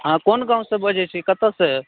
हँ कोन गाॅंवसॅं बजै छी कतयसँ